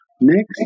Next